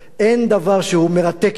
אין דבר שהוא מרתק יותר,